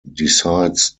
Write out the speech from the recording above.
decides